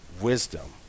wisdom